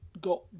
got